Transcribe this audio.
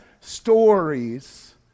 stories